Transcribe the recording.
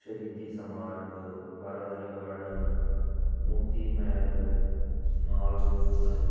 ਸ਼ਹੀਦੀ ਸਮਾਰਕ Baradari garden Moti Mahal mall road